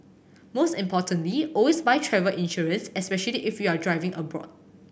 most importantly always buy travel insurance especially if you're driving abroad